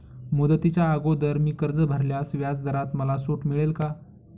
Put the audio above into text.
मुदतीच्या अगोदर मी कर्ज भरल्यास व्याजदरात मला सूट मिळेल का?